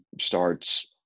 starts